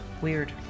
Weird